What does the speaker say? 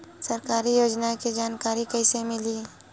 सरकारी योजना के जानकारी कइसे मिलही?